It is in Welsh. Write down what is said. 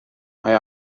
mae